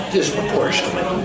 Disproportionately